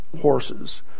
horses